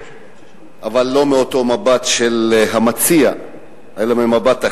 אבל לא מאותו מבט של המציע אלא ממבט אחר,